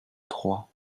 trois